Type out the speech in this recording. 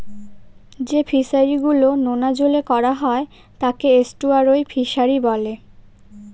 যে ফিশারি গুলো নোনা জলে করা হয় তাকে এস্টুয়ারই ফিশারি বলে